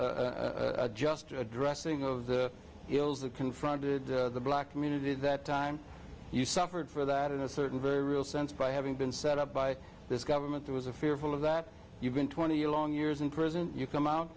or just addressing of the ills that confronted the black community that time you suffered for that in a certain very real sense by having been set up by this government was a fearful of that you've been twenty year long years in prison you come out